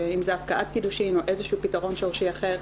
אם זה הפקעת קידושין או איזה שהוא פתרון שורשי אחר,